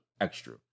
extra